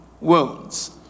wounds